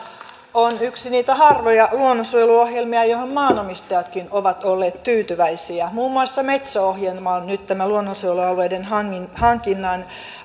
on yksi niitä harvoja luonnonsuojeluohjelmia joihin maanomistajatkin ovat olleet tyytyväisiä muun muassa metso ohjelmaan nyt tämä luonnonsuojelualueiden hankinnan